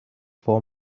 for